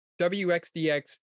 WXDX